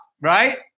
right